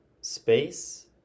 space